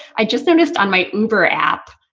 i just noticed on my uber app,